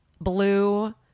blue